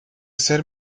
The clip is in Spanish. ser